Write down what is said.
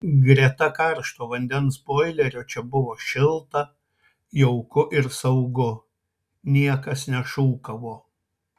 greta karšto vandens boilerio čia buvo šilta jauku ir saugu niekas nešūkavo